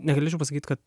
negalėčiau pasakyt kad